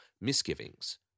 misgivings